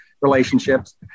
relationships